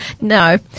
No